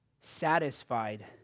satisfied